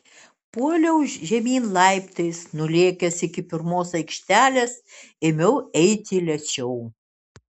puoliau žemyn laiptais nulėkęs iki pirmos aikštelės ėmiau eiti lėčiau